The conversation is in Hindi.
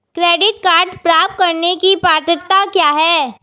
क्रेडिट कार्ड प्राप्त करने की पात्रता क्या है?